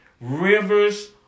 rivers